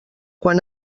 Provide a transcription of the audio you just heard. quan